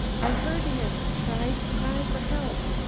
i heard him try to cry for help.